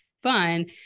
fun